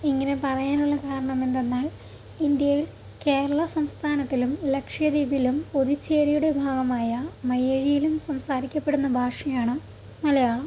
ഇങ്ങനെ പറയാനുള്ള കാരണം എന്തെന്നാൽ ഇന്ത്യയിൽ കേരള സംസ്ഥാനത്തിലും ലക്ഷ്യ ദീപിലും പുതുച്ചേരിയുടെ ഭാഗമായ മയ്യഴിയിലും സംസാരിക്കപ്പെടുന്ന ഭാഷയാണ് മലയാളം